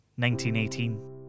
1918